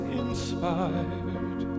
inspired